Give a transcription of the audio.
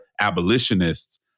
abolitionists